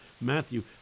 Matthew